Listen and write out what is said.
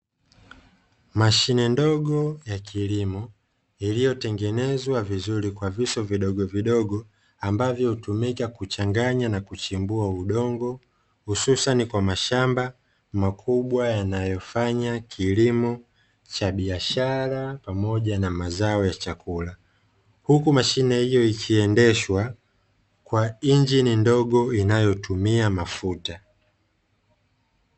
Mashine ndogo ya kilimo iliyotengenezwa vizuri kwa visu vidogovidogo, ambavyo hutumika kuchanganya na kuchimbua udongo, hususani kwa mashamba makubwa yanayofanya kilimo cha biashara pamoja na mazao ya chakula. Huku mashine hiyo ikiendeshwa kwa injini ndogo inayotumia mafuta.